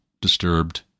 disturbed